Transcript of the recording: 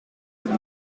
het